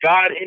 God